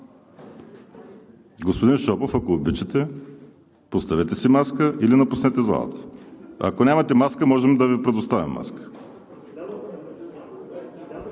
Господин Шопов, ако обичате, поставете си маска или напуснете залата! Ако нямате маска, можем да Ви предоставим маска.